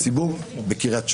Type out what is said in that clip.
הציבור בקריית שמוני,